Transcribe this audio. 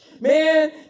Man